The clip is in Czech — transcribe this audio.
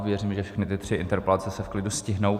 Věřím, že všechny ty tři interpelace se v klidu stihnou.